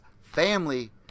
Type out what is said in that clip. family